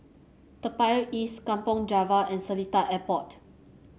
Toa Payoh East Kampong Java and Seletar Airport